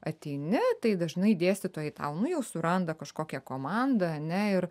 ateini tai dažnai dėstytojai tau nu jau suranda kažkokią komandą ane ir